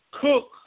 Cook